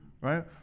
right